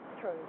True